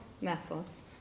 methods